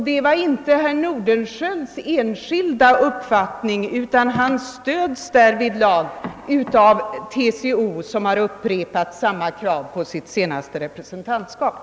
Detta krav upprepades av herr Nordenskiöld på TCO:s senaste representantskap, och det väckte ingen gensaga.